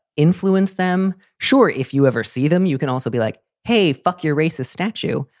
influence them. sure. if you ever see them, you can also be like, hey, fuck your racist statue,